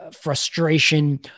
frustration